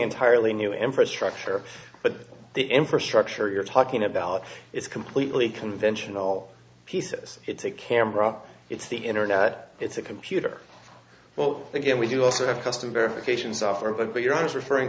entirely new infrastructure but the infrastructure you're talking about it's completely conventional pieces it's a camera it's the internet it's a computer well again we do also have custom verification software but you're i was referring